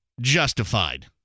justified